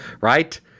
Right